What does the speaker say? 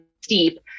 steep